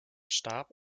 starb